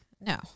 No